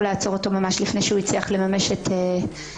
לעצור אותו ממש לפני שהוא הצליח לממש את איומיו.